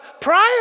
prior